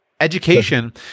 Education